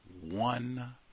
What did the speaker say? one